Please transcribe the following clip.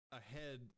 ahead